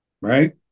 Right